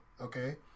okay